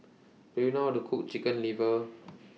Do YOU know How to Cook Chicken Liver